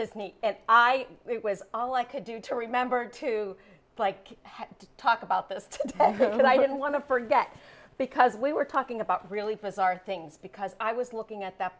disney and i it was all i could do to remember to like have to talk about this but i didn't want to forget because we were talking about really bizarre things because i was looking at that